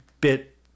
bit